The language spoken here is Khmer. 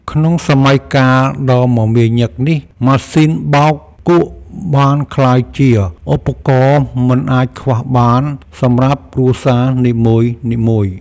ក្នុងសម័យកាលដ៏មមាញឹកនេះ ម៉ាស៊ីនបោកគក់បានក្លាយជាឧបករណ៍មិនអាចខ្វះបានសម្រាប់គ្រួសារនីមួយៗ។